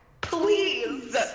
please